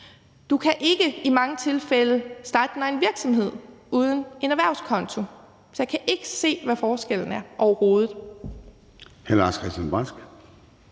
du kan ikke, i mange tilfælde, starte din egen virksomhed uden en erhvervskonto, så jeg kan ikke se, hvad forskellen er overhovedet.